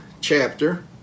chapter